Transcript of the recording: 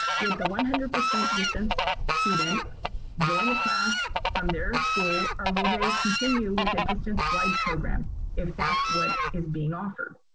would the one hundred percent distance student join a class from their school or will they continue with a distance wide program if that's what is being offered?